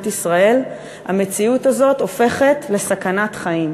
ישראל המציאות הזאת הופכת לסכנת חיים,